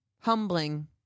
Humbling